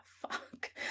fuck